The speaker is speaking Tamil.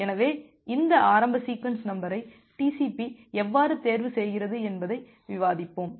எனவே இந்த ஆரம்ப சீக்வென்ஸ் நம்பரை TCP எவ்வாறு தேர்வு செய்கிறது என்பதை விவாதிப்போம்